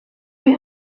mir